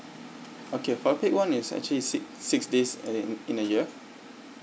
okay for the paid one is actually six six days in in a year